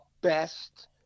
best